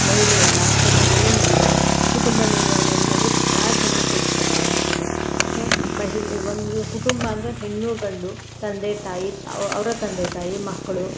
ಮಹಿಳೆ ಎಲ್ಲ ಕ್ಷೇತ್ರದಲ್ಲೂ ಮುಂದಿದ್ದಾಳೆ ಕುಟುಂಬ ನಿರ್ವಹಣೆಯಲ್ಲಿ ಬಹಳ ಚೆನ್ನಾಗಿ ತೊಡಗಿಸ್ಕೊಳ್ತಾಳೆ ಮಹಿಳೆ ಮಹಿಳೆ ಒಂದು ಕುಟುಂಬ ಅಂದರೆ ಹೆಣ್ಣು ಗಂಡು ತಂದೆ ತಾಯಿ ಅವರ ತಂದೆ ತಾಯಿ ಮಕ್ಕಳು